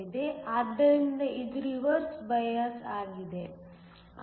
ಆದ್ದರಿಂದ ಇದು reverse bias ಆಗಿದೆ